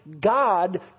God